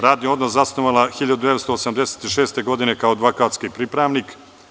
Radni odnos je zasnovala 1986. godine kao advokatski pripravnik.